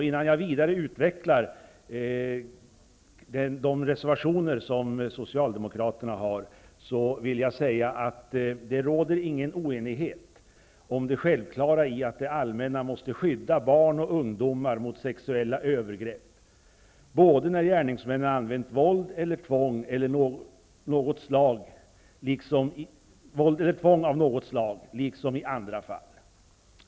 Innan jag vidare utvecklar de reservationer som Socialdemokraterna har avgett, vill jag säga att det inte råder någon oenighet om det självklara i att det allmänna måste skydda barn och ungdomar mot sexuella övergrepp, såväl när gärningsmannen har använt våld eller tvång av något slag som i andra fall.